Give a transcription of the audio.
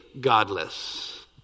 godless